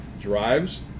drives